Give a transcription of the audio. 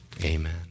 Amen